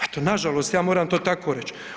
Eto nažalost, ja moram to tako reć.